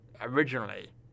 originally